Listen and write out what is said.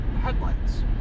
headlights